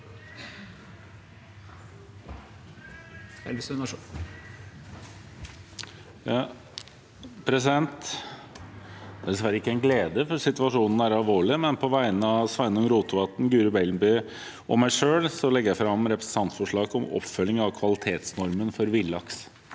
Det er dessverre ikke en glede, for situasjonen er alvorlig, men på vegne av Sveinung Rotevatn, Guri Melby og meg selv vil jeg legge fram et representantforslag om oppfølging av kvalitetsnormen for villaks.